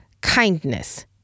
kindness